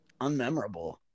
unmemorable